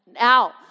Now